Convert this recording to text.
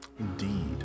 Indeed